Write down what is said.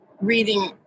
reading